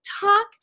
talk